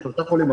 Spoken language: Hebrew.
שלושה חולים,